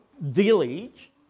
village